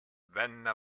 venne